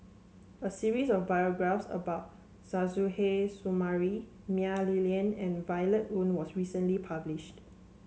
a series of biographies about Suzairhe Sumari Mah Li Lian and Violet Oon was recently published